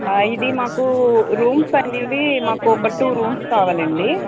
ఇది మాకు రూమ్స్ అనేవి మాకు ఒక టూ రూమ్స్ కావాలండి